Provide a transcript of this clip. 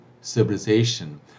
civilization